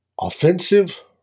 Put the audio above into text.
offensive